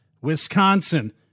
Wisconsin